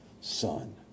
son